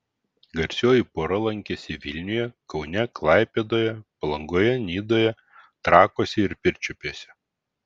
garsioji pora lankėsi vilniuje kaune klaipėdoje palangoje nidoje trakuose ir pirčiupiuose